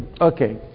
okay